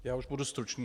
Já už budu stručný.